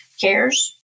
cares